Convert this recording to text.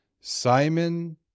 Simon